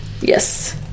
Yes